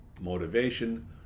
motivation